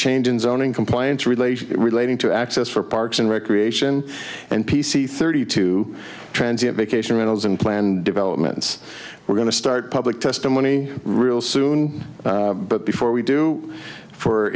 change in zoning compliance relation relating to access for parks and recreation and p c thirty two transit vacation rentals and planned developments we're going to start public testimony real soon but before we do for